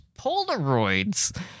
Polaroids